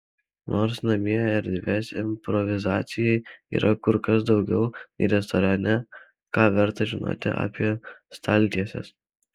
nors namie erdvės improvizacijai yra kur kas daugiau nei restorane ką verta žinoti apie staltieses